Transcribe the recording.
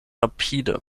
rapide